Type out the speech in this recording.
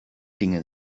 dinge